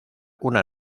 una